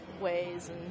ways